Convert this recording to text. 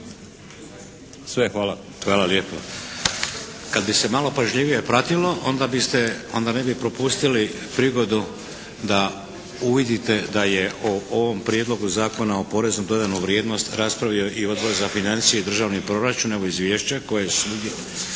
(HDZ)** Hvala lijepo. Kad bi se malo pažljivije pratilo onda bi se, onda ne bi propustili prigodu da uvidite da je o ovom Prijedlogu zakona o porezu na dodanu vrijednost raspravio i Odbor za financije i državni proračun nego izvješće koje